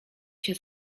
się